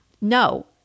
No